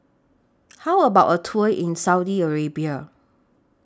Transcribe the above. How about A Tour in Saudi Arabia